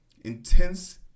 Intense